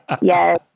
Yes